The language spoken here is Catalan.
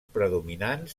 predominants